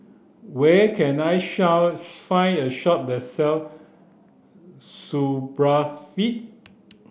where can I find a shop that sell Supravit